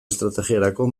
estrategiarako